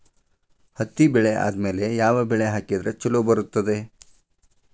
ಹತ್ತಿ ಬೆಳೆ ಆದ್ಮೇಲ ಯಾವ ಬೆಳಿ ಹಾಕಿದ್ರ ಛಲೋ ಬರುತ್ತದೆ?